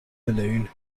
balloon